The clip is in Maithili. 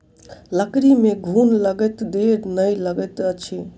लकड़ी में घुन लगैत देर नै लगैत अछि